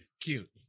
cute